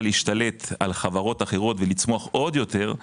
להשתלט על חברות אחרות ולצמוח עוד יותר,